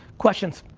questions?